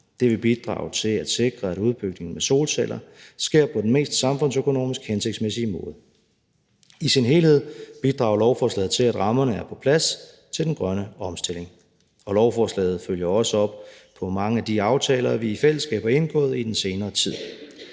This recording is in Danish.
Det vil bidrage til at sikre, at udbygningen med solceller sker på den samfundsøkonomisk mest hensigtsmæssige måde. I sin helhed bidrager lovforslaget til, at rammerne er på plads til den grønne omstilling. Lovforslaget følger også op på mange af de aftaler, vi i fællesskab har indgået i den senere tid.